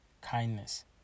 kindness